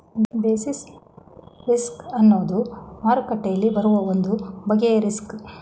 basis risk ಅನ್ನುವುದು ಮಾರುಕಟ್ಟೆಯಲ್ಲಿ ಬರುವ ಒಂದು ಬಗೆಯ ರಿಸ್ಕ್